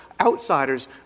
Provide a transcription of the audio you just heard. outsiders